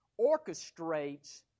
orchestrates